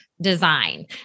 design